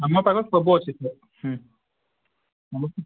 ଆମ ପାଖରେ ସବୁ ଅଛି ହୁଁ ହୁଁ ଆମ